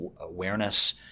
awareness